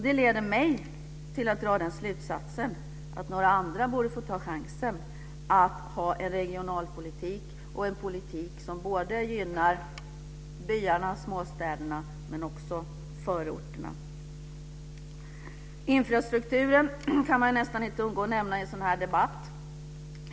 Det leder mig till att dra slutsatsen att några andra borde få ta chansen att föra en regionalpolitik och annan politik som gynnar byarna, småstäderna och förorterna. Infrastrukturen kan man nästan inte undgå att nämna i en sådan här debatt.